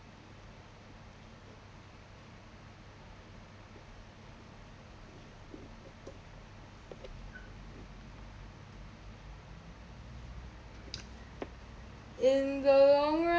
in the long run